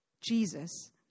Jesus